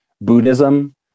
buddhism